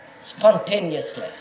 spontaneously